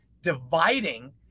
dividing